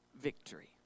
victory